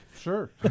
sure